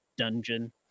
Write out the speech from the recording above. dungeon